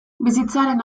bizitzaren